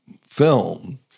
film